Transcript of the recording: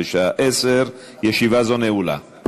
בשעה 10:00. ישיבה זו נעולה.